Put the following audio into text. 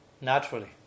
naturally